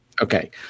okay